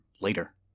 later